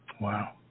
Wow